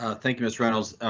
ah thank you, miss reynolds.